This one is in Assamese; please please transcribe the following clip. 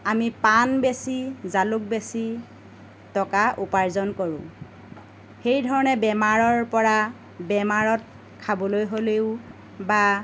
আমি পান বেছি জালুক বেচি টকা উপাৰ্জন কৰোঁ সেইধৰণে বেমাৰৰ পৰা বেমাৰত খাবলৈ হ'লেও বা